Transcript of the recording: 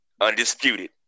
undisputed